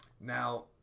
now